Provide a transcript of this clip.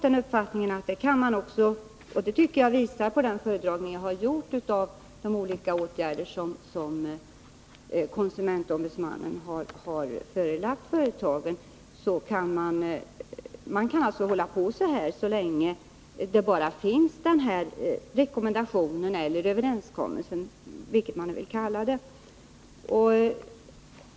Den föredragning jag har gjort av de olika åtgärder som KO förelagt företagen, tycker jag visar att företagen kan hålla på så länge bara den här överenskommelsen finns.